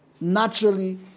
naturally